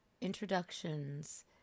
introductions